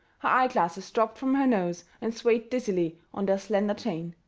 her eyeglasses dropped from her nose and swayed dizzily on their slender chain.